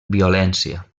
violència